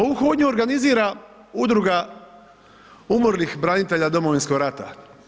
Ovu hodnju organizira udruga umrlih branitelja Domovinskog rata.